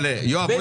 אבל יואב,